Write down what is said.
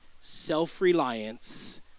self-reliance